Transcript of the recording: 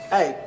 Hey